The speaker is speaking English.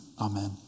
Amen